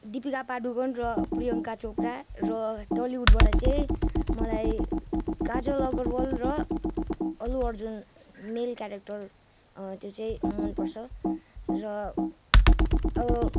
दीपिका पादुकोण र प्रियङ्का चोपरा र टलिवुडबाट चाहिँ मलाई काजल अगरवाल र अल्लु अर्जुन मेल क्यारेक्टर त्यो चाहिँ मन पर्छ र अब